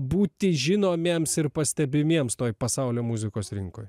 būti žinomiems ir pastebimiems toj pasaulio muzikos rinkoj